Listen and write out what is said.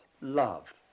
love